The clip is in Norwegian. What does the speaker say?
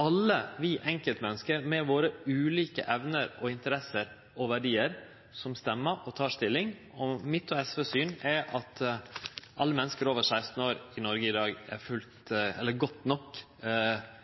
alle vi enkeltmenneske, med våre ulike evner, interesser og verdiar, stemmer og tek stilling. Og mitt og SVs syn er at alle menneske over 16 år i Noreg i dag er godt nok